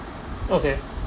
okay